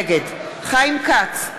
נגד חיים כץ,